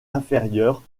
inférieurs